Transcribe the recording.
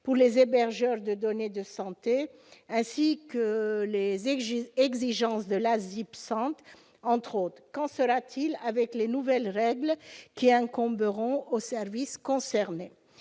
pour les hébergeurs de données de santé, ainsi que les exigences de l'ASIP Santé, entre autres. Qu'en sera-t-il avec les nouvelles règles qui incomberont aux services concernés ?